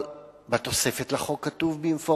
אבל בתוספת לחוק כתוב במפורש,